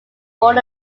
born